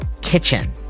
Kitchen